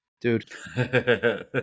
dude